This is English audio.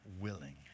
willing